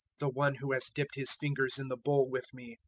the one who has dipped his fingers in the bowl with me,